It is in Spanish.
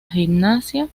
gimnasia